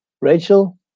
Rachel